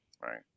Right